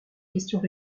questions